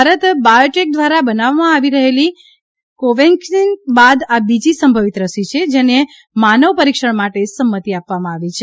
Bharat Biotech દ્વારા બનાવવામાં આવી રહેલી કોવેક્સિન બાદ આ બીજી સંભવિત રસી છે જેને માનવી પરીક્ષણ માટે સંમતિ આપવામાં આવી છે